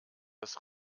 das